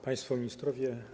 Państwo Ministrowie!